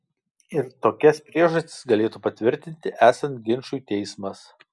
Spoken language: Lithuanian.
ir tokias priežastis galėtų patvirtinti esant ginčui teismas